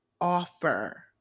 offer